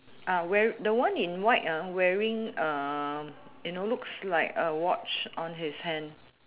uh wear the one in white ah wearing uh you know looks like a watch on his hand